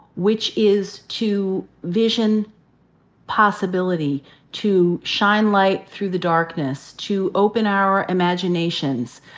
which is to vision possibility, to shine light through the darkness, to open our imaginations,